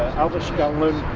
albert scanlon,